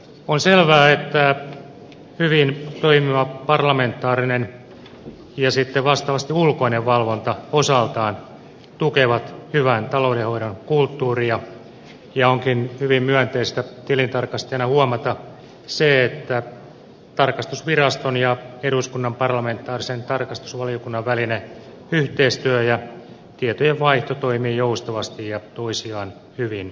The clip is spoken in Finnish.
on selvää että hyvin toimiva parlamentaarinen ja vastaavasti ulkoinen valvonta osaltaan tukevat hyvän taloudenhoidon kulttuuria ja onkin hyvin myönteistä tilintarkastajana huomata se että tarkastusviraston ja eduskunnan parlamentaarisen tarkastusvaliokunnan välinen yhteistyö ja tietojen vaihto toimivat joustavasti ja toisiaan hyvin täydentäen